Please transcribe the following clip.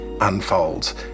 unfolds